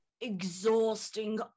Exhausting